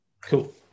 Cool